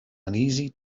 uneasy